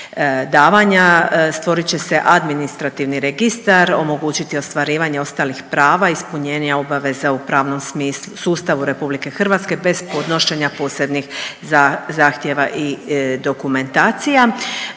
davanja, stvorit će se administrativni registar, omogućiti ostvarivanje ostalih prava, ispunjenja obveza u pravnom smislu sustavu RH bez podnošenja posebnih zahtjeva i dokumentacija.